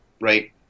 right